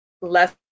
less